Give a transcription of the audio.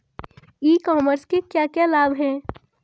ई commerce के क्या क्या लाभ हैं?